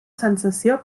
sensació